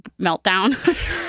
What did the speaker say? meltdown